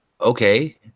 okay